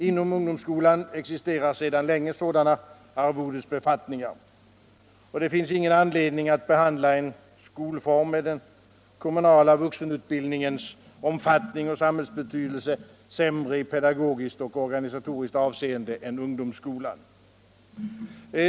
Inom ungdomsskolan existerar sedan länge sådana arvodesbefattningar, och det finns ingen anledning att behandla en skolform med den kommunala vuxenundervisningens omfattning och samhällsbetydelse sämre i pedagogiskt och organisatoriskt avseende än ungdomsskolan.